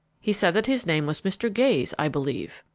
he said that his name was mr. gayes, i believe.